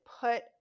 put